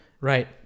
Right